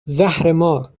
زهرمار